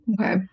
Okay